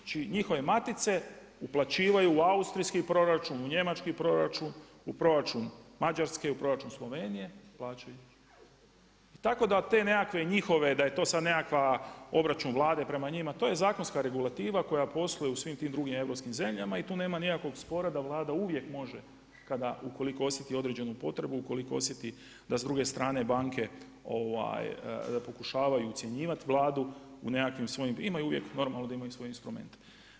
Znači, njihove matice uplaćivaju u austrijski proračun, u njemački proračun, u proračun Mađarske, u proračun Slovenije plaćaju, i tako da te nekakve njihove, da je to sad nekakav obračun Vlade prema njima, to je zakonska regulativa koja posluje u svim tim drugim europskim zemljama i tu nema nikakvog spora da Vlada može ukoliko osjeti određenu potrebu ukoliko osjeti da s druge strane banke da pokušavaju ucjenjivati Vladu, u nekakvim svojim, imaju uvijek, normalno da imaju svoje instrumente.